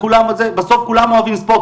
בסוף כולם אוהבים ספורט,